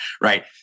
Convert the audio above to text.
right